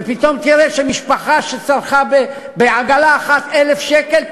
ופתאום תראה שמשפחה שצרכה בעגלה אחת ב-1,000 שקל,